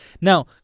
Now